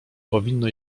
powinno